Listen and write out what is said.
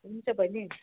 हुन्छ बहिनी